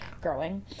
growing